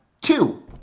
two